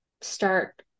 start